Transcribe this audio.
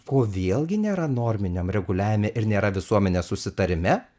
ko vėlgi nėra norminiam reguliavime ir nėra visuomenės susitarime